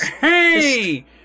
Hey